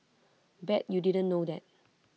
bet you didn't know that